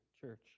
church